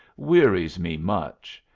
wearies me much.